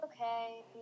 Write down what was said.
okay